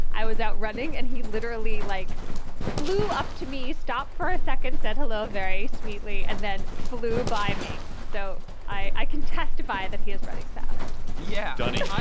i was out running and he literally like flew up to me, stopped for a second, said hello very sweetly, and then flew by me so i can testify that he is riding fast yeah. donny.